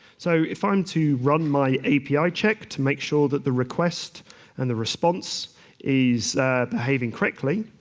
so if i'm to run my api check to make sure that the request and the response is behaving correctly,